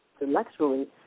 Intellectually